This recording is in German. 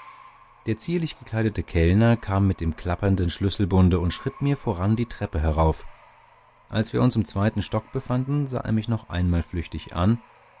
der zierlich gekleidete kellner kam mit dem klappernden schlüsselbunde und schritt mir voran die treppe herauf als wir uns im zweiten stock befanden sah er mich noch einmal flüchtig an